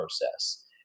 process